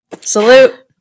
salute